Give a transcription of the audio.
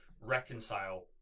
reconcile